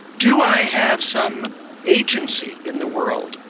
do i have some agency in the world,